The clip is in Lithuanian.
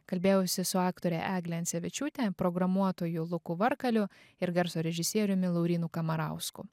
kalbėjausi su aktore egle ancevičiūte programuotoju luku varkaliu ir garso režisieriumi laurynu kamarausku